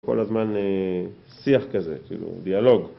כל הזמן שיח כזה, דיאלוג.